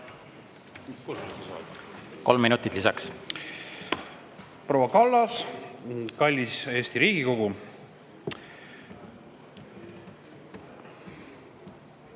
Kolm minutit lisaks. Proua Kallas! Kallis Eesti Riigikogu!